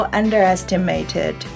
underestimated